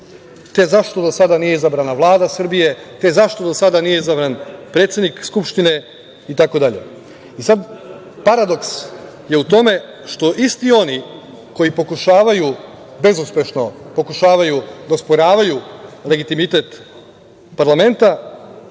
te zašto do sada nije izabrana Vlada Srbije, te zašto do sada nije izabran predsednik Skupštine itd. Paradoks je u tome što isti oni koji pokušavaju, bezuspešno pokušavaju da osporavaju legitimitet parlamenta,